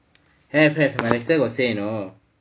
have have my lecturer got say you know